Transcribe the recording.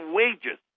wages